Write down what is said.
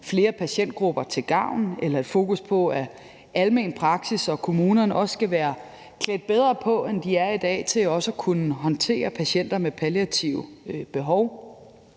flere patientgrupper til gavn, og vi har fokus på, at almen praksis og kommunerne også skal være klædt bedre på, end de er i dag, til også at kunne håndtere patienter med palliative behov.